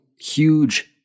huge